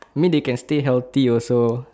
I mean they can stay healthy also